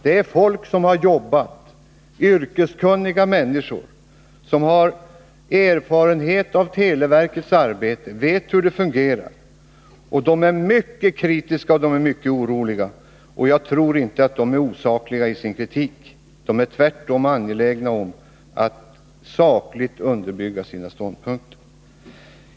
Det är folk som har jobbat med detta, yrkeskunniga människor som har erfarenhet avteleverkets arbete, vet hur det fungerar, och dessa människor är mycket kritiska och mycket oroliga. Jag tror inte att de är osakliga i sin kritik. De är tvärtom angelägna om att sakligt underbygga sina ståndpunkter.